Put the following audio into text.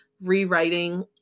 rewriting